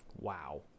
Wow